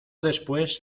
después